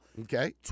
Okay